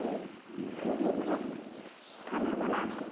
जे दैके हइ हमरा खाना बनाकऽ